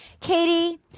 Katie